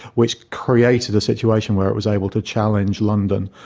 which created a situation where it was able to challenge london.